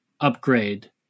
upgrade